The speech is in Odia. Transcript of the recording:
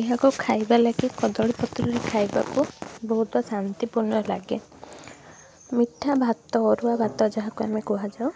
ଏହାକୁ ଖାଇବା ଲାଗି କଦଳୀ ପତ୍ରରେ ଖାଇବାକୁ ବହୁତ ଶାନ୍ତିପୂର୍ଣ୍ଣ ଲାଗେ ମିଠା ଭାତ ଅରୁଆ ଭାତ ଯାହାକୁ ଆମେ କୁହାଯାଉ